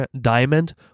Diamond